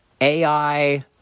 AI